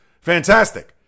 Fantastic